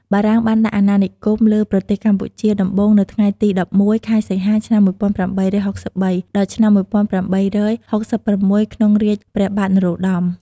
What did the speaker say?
បារាំងបានដាក់អាណានិគមលើ ប្រទេសកម្ពុជាដំបូងនៅថ្ងៃទី១១ ខែសីហា ឆ្នាំ ១៨៦៣ ដល់ឆ្នាំ ១៨៦៦ ក្នុងរាជព្រះបាទ នរោត្តម។